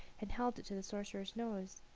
and held it to the sorcerer's nose.